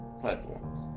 platforms